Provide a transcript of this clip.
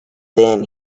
then